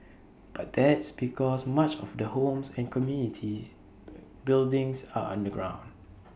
but that's because much of the homes and communities buildings are underground